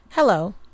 Hello